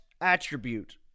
attribute